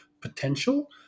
potential